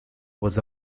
was